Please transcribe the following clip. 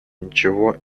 ничего